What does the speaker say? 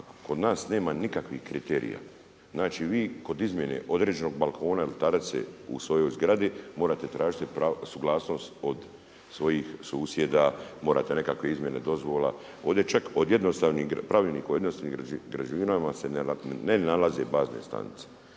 kod nas nema nikakvih kriterija. Znači, vi kod izmjene određenog balkona …/Govornik se ne razumije./… u svojoj zgradi, morate tražiti suglasnost od svojih susjeda, morate nekakve izmjena, dozvola. Ovdje čak o jednostavnih pravila, od jednostavnih građevina se ne nalaze bazne stanice.